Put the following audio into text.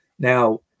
Now